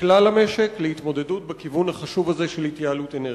לכלל המשק להתמודדות בכיוון החשוב הזה של התייעלות אנרגיה.